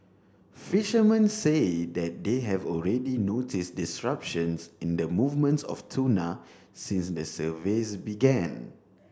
fishermen say that they have already notice disruptions in the movements of tuna since the surveys began